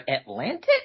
Atlantic